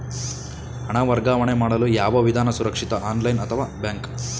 ಹಣ ವರ್ಗಾವಣೆ ಮಾಡಲು ಯಾವ ವಿಧಾನ ಸುರಕ್ಷಿತ ಆನ್ಲೈನ್ ಅಥವಾ ಬ್ಯಾಂಕ್?